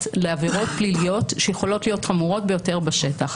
לעבירות פליליות שיכולות להיות חמורות ביותר בשטח.